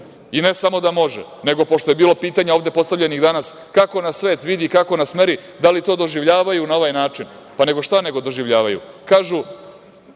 samo da može, nego pošto je bilo pitanje ovde postavljeno danas, kako nas svet vidi i kako nas meri, da li to doživljavaju na ovaj način. Pa, nego šta nego doživljavaju.